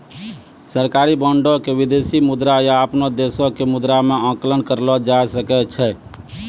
सरकारी बांडो के विदेशी मुद्रा या अपनो देशो के मुद्रा मे आंकलन करलो जाय सकै छै